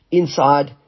inside